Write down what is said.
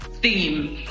theme